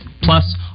plus